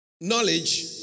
knowledge